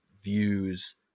views